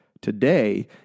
Today